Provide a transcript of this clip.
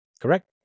Correct